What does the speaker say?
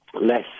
less